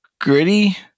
Gritty